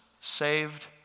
saved